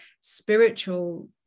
spiritual –